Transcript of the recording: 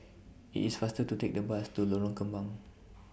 IT IS faster to Take The Bus to Lorong Kembang